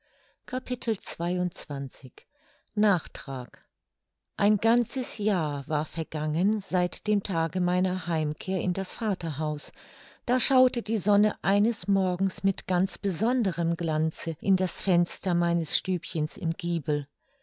nachtrag ein ganzes jahr war vergangen seit dem tage meiner heimkehr in das vaterhaus da schaute die sonne eines morgens mit ganz besonderem glanze in das fenster meines stübchens im giebel